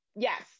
Yes